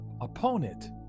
opponent